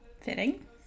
Fitting